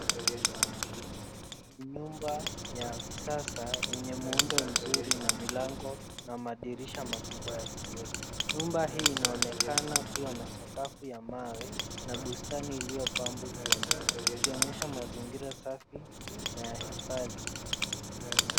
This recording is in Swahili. Ni nyumba ya kisasa yenye muundo mzuri na milango na madirisha mkubwa ya kioo. Nyumba hii inaonekana kuwa na sakafu ya mawe, na bustani iliyopambwa vyema. Ikionyesha mazingira safi na ya hifadhi.